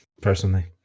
personally